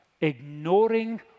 ignoring